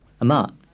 Ama